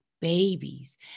babies